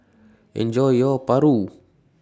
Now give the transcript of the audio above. Enjoy your Paru